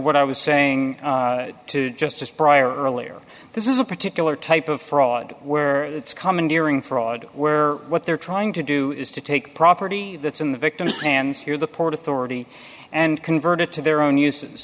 what i was saying to justice prior earlier this is a particular type of fraud where it's commandeering fraud were what they're trying to do is to take property that's in the victim's hands here the port authority and convert it to their own uses